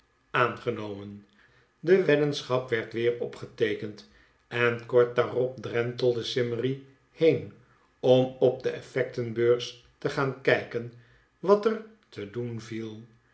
aangenomen de weddenschap werd weer opgeteekend en kort daarop drentelde simmery heen om op de effectenbeurs te gaan kijken wat er te doen viel